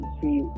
see